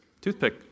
Toothpick